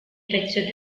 pezzo